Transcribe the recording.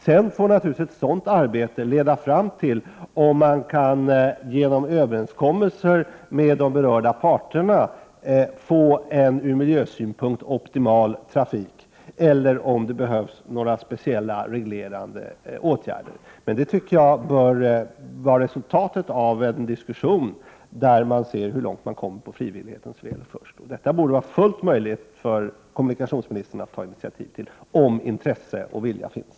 Genom ett sådant arbete får man sedan komma fram till om man genom överenskommelser med de berörda parterna kan få en ur miljösynpunkt optimal trafik eller om det behövs speciella reglerande åtgärder. Jag tycker att det bör vara resultatet av en diskussion, där man först ser hur långt man kommer på frivillighetens väg. Detta borde vara fullt möjligt för kommunikationsministern att ta initiativ till, om intresse och vilja finns.